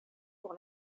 pour